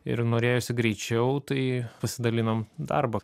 ir norėjosi greičiau tai pasidalinom darbą